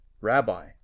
Rabbi